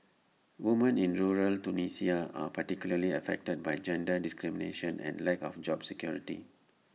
women in rural Tunisia are particularly affected by gender discrimination and lack of job security